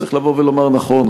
צריך לומר נכון,